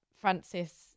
Francis